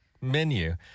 menu